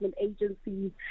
agencies